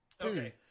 Okay